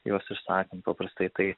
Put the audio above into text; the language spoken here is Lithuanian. juos išsakan paprastai tai